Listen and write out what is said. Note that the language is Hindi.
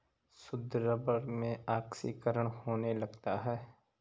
शुद्ध रबर में ऑक्सीकरण होने लगता है